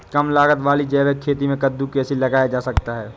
कम लागत वाली जैविक खेती में कद्दू कैसे लगाया जा सकता है?